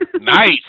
Nice